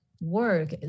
work